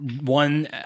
one